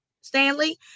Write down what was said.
Stanley